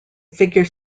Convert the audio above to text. figure